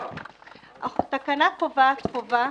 התקנה קובעת חובה,